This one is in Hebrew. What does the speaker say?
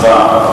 הצבעה.